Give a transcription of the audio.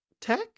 tech